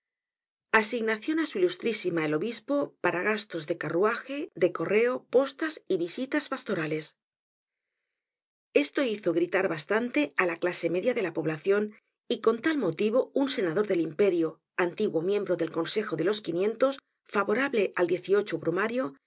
asignacion á su ilustrísima el obispo para gastos de carruaje de correo postas y visitas pastorales esto hizo gritar bastante á la clase media de la poblacion y con tal motivo un senador del imperio antiguo miembro del consejo de los quinientos favorable al brumario